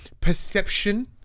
perception